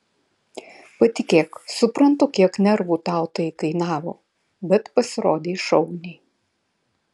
patikėk suprantu kiek nervų tau tai kainavo bet pasirodei šauniai